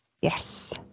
Yes